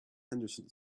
henderson